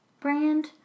brand